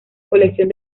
colección